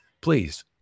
Please